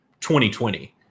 2020